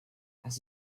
dass